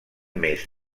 més